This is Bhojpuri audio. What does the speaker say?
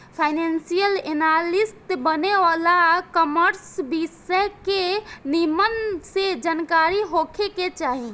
फाइनेंशियल एनालिस्ट बने ला कॉमर्स विषय के निमन से जानकारी होखे के चाही